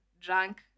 drunk